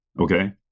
Okay